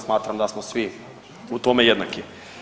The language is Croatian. Smatram da smo svi u tome jednaki.